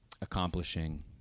accomplishing